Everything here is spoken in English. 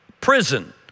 prison